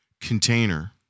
container